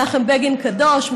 מנחם בגין קדוש,